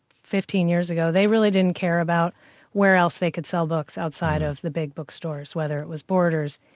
fifteen years ago they really didn't care about where else they could sell books outside of the big bookstores, whether it was borders,